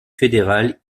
fédéral